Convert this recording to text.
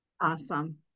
Awesome